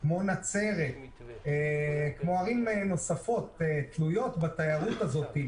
כמו נצרת וערים נוספות תלויות בתיירות הזאת.